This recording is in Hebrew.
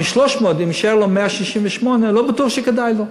מ-300, אם יישאר לו 168, לא בטוח שכדאי לו,